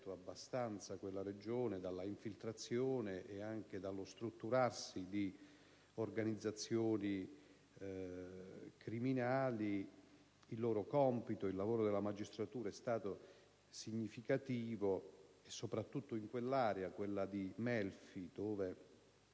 ha protetto abbastanza la Regione dalla infiltrazione e anche dallo strutturarsi di organizzazioni criminali. Il lavoro della magistratura è stato significativo, soprattutto nell'area di Melfi, dove